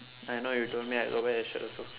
I know you told me I got wear your shirt also